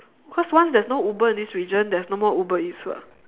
cause once there's no uber in this region there's no more uber eats lah